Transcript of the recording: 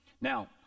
Now